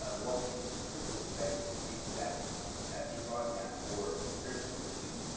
ah what these cookbooks say, is that that iranian or persian cuisine,